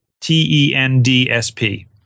T-E-N-D-S-P